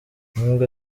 nubwo